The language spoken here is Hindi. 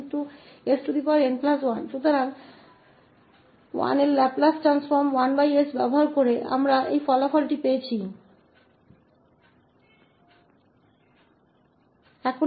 तो हमें यह परिणाम केवल 1 का लाप्लास रूपांतर 1s के उपयोग से प्राप्त हुआ